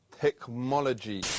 Technology